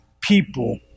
people